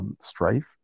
strife